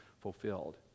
fulfilled